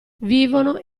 vivono